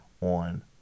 On